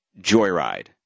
Joyride